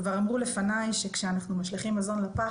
כבר אמרו לפניי שכאשר אנחנו משליכים מזון לפח,